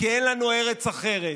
כי אין לנו ארץ אחרת.